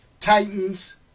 Titans